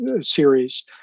series